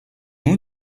nous